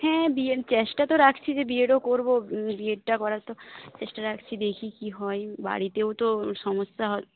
হ্যাঁ বিএড চেষ্টা তো রাখছি যে বিএডও করব বিএডটা করার তো চেষ্টা রাখছি দেখি কী হয় বাড়িতেও তো সমস্যা